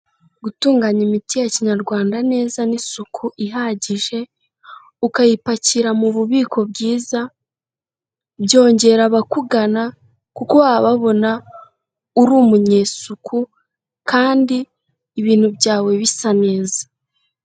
Gutunganya imiti ya kinyarwanda neza n'isuku ihagije, ukayipakira mu bubiko bwiza, byongera abakugana kuko baba babona uri umunyesuku kandi ibintu byawe bisa neza.